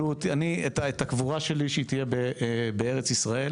אותו בארץ ישראל